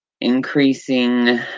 Increasing